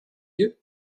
you